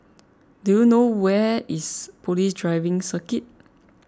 do you know where is Police Driving Circuit